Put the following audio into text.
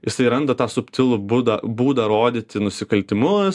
jisai randa tą subtilų budą būdą rodyti nusikaltimus